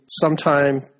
sometime